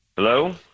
Hello